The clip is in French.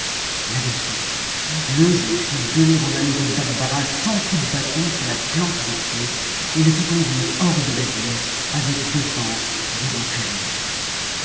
là-dessus le juge fit donner au malheureux bakbarah cent coups de bâton sur la plante des pieds et le fit conduire hors de la ville avec défense d'y rentrer jamais